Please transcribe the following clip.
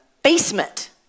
basement